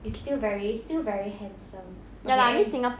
is still very still very handsome okay and